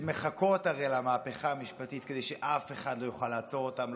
שמחכות הרי למהפכה המשפטית כדי שאף אחד לא יוכל לעצור אותן,